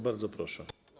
Bardzo proszę.